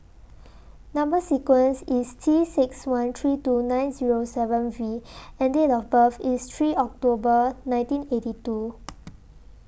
Number sequence IS T six one three two nine Zero seven V and Date of birth IS three October nineteen eighty two